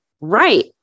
Right